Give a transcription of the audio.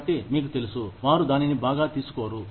కాబట్టి మీకు తెలుసు వారు దానిని బాగా తీసుకోరు